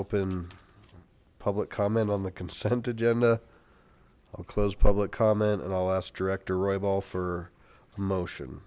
open public comment on the consent agenda i'll close public comment and i'll ask director roy ball for motion